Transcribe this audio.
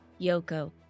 Yoko